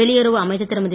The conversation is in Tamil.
வெளியுறவு அமைச்சர் திருமதி